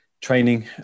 Training